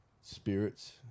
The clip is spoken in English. Spirits